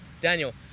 Daniel